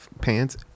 pants